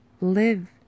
Live